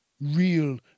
real